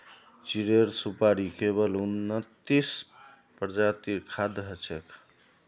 चीड़ेर सुपाड़ी केवल उन्नतीस प्रजातिर खाद्य हछेक